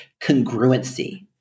congruency